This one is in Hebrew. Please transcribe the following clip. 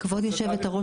כבוד יושבת-הראש,